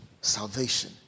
salvation